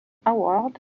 award